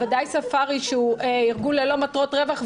ודאי ספארי שהוא ארגון ללא מטרות רווח,